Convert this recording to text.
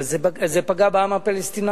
אבל זה פגע בעם הפלסטיני,